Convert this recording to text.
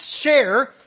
share